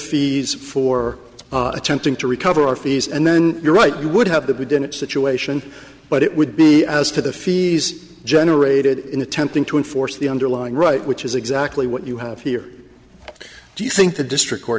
fees for attempting to recover our fees and then your right you would have that we didn't situation but it would be as to the fees generated in attempting to enforce the underlying right which is exactly what you have here do you think the district